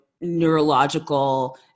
neurological